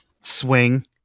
swing